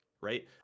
right